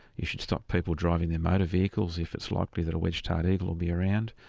you should stop people driving in motor vehicles if it's likely that a wedge-tailed eagle will be around.